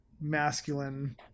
masculine